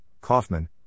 Kaufman